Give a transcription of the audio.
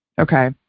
Okay